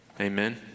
Amen